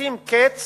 לשים קץ